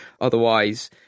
Otherwise